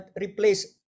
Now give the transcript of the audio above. replace